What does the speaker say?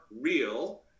real